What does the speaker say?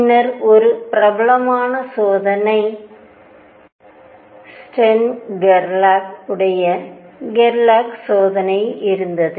பின்னர் ஒரு பிரபலமான சோதனை ஸ்டெர்ன் கெர்லாக்உடைய கெர்லாக் சோதனை இருந்தது